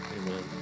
Amen